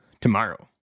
tomorrow